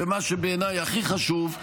ומה שבעיניי הכי חשוב,